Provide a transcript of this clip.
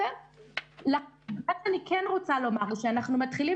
מה שאני כן רוצה לומר הוא שאנחנו מתחילים